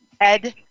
Ed